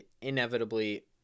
inevitably